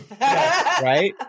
Right